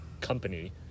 company